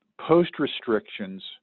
post-restrictions